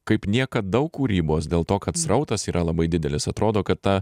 kaip niekad daug kūrybos dėl to kad srautas yra labai didelis atrodo kad ta